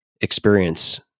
experience